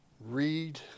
read